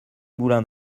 moulin